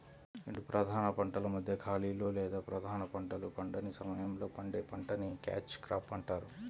రెండు ప్రధాన పంటల మధ్య ఖాళీలో లేదా ప్రధాన పంటలు పండని సమయంలో పండే పంటని క్యాచ్ క్రాప్ అంటారు